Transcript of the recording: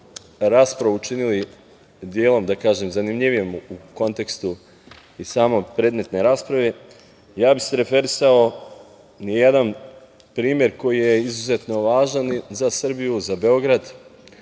raspravu učinili delom, zanimljivijom u kontekstu i same predmetne rasprave, ja bih se referisao na jedan primer koji je izuzetno važan za Srbiju, za Beograd,